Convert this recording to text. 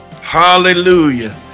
hallelujah